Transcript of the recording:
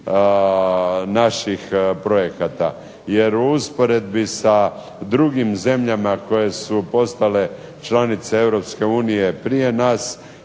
naših projekata jer u usporedbi sa drugim zemljama koje su postale članice Europske unije